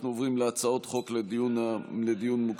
אנחנו עוברים להצעות חוק לדיון מוקדם.